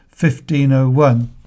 1501